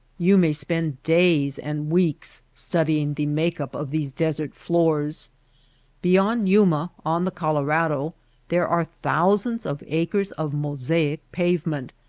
you may spend days and weeks studying the make-up of these desert-floors. beyond yuma on the colorado there are thousands of acres of mosaic pavement,